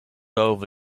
over